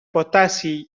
potassi